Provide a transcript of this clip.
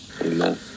Amen